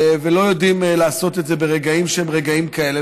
והם לא יודעים לעשות את זה ברגעים כאלה.